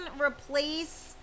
replace